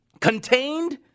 Contained